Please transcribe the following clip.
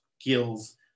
skills